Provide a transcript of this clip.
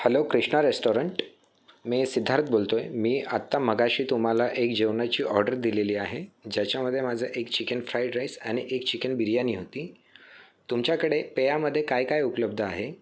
hello Krishna restaurant मी सिद्धार्थ बोलतोय मी आत्ता मगाशी तुम्हाला एक जेवणाची ऑर्डर दिलेली आहे ज्याच्यामध्ये माझे एक चिकन फ्राईड राईस आणि एक चिकन बिर्याणी होती तुमच्याकडे पेयामध्ये काय काय उपलब्ध आहे